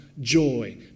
joy